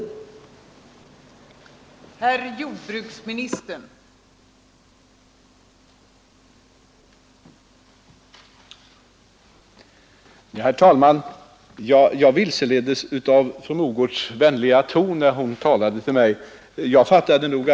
i luften, m.m.